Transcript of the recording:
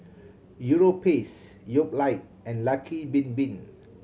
Europace Yoplait and Lucky Bin Bin